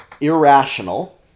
irrational